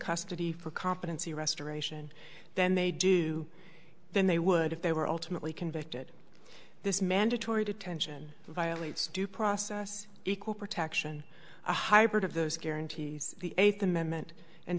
custody for competency restoration then they do than they would if they were ultimately convicted this mandatory detention violates due process equal protection a hybrid of those guarantees the eighth amendment and